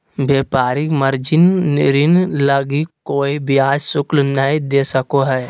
व्यापारी मार्जिन ऋण लगी कोय ब्याज शुल्क नय दे सको हइ